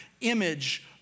image